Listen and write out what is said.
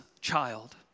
child